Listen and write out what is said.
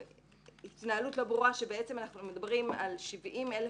התנהלות לא ברורה כשאנחנו מדברים על כ-70,000